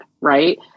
Right